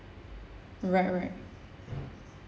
right right